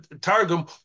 targum